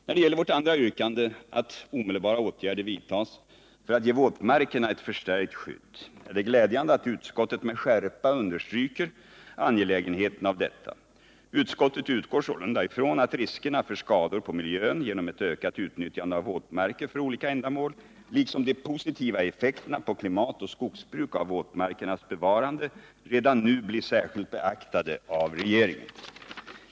När det gäller vårt andra yrkande att omedelbara åtgärder vidtas för att ge våtmarkerna ett förstärkt skydd är det glädjande att utskottet med skärpa understryker angelägenheten av detta. Utskottet utgår sålunda ifrån att riskerna för skador på miljön genom ett ökat utnyttjande av våtmarker för olika ändamål liksom de positiva effekterna på klimat och skogsbruk av våtmarkernas bevarande redan nu blir särskilt beaktade av regeringen.